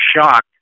shocked